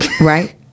right